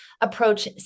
approach